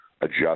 adjust